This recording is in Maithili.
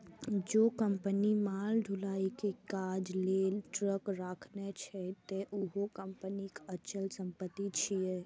जौं कंपनी माल ढुलाइ के काज लेल ट्रक राखने छै, ते उहो कंपनीक अचल संपत्ति छियै